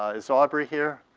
is aubrey here?